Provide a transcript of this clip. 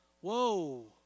Whoa